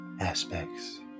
aspects